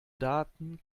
daten